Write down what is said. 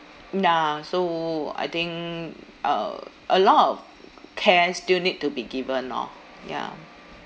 nah so I think uh a lot of care still need to be given lor ya